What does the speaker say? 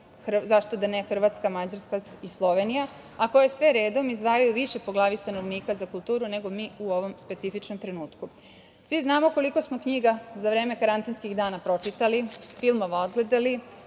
zašto da ne, Hrvatska, Mađarska i Slovenija, a koje sve redom izdvajaju više po glavi stanovnika za kulturu nego mi u ovom specifičnom trenutku. Svi znamo koliko smo knjiga za vreme karantinskih dana pročitali, filmova odgledali,